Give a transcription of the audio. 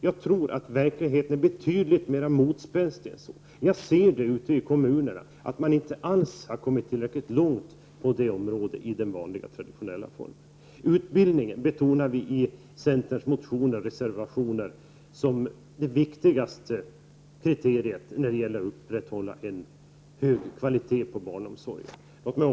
Jag tror att verkligheten är betydligt mera motspänstig än så. Jag ser att man ute i kommunerna inte ens har kommit tillräckligt långt på detta område med den vanliga, traditionella driftsformen. Beträffande utbildningen: I centerns motioner och reservationer betonar vi utbildningen som det viktigaste kriteriet när det gäller att upprätthålla en hög kvalitet på barnomsorgen.